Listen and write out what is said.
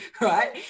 Right